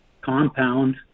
compound